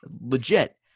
legit